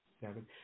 seven